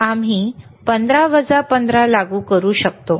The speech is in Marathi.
आम्ही 15 वजा 15 लागू करू शकतो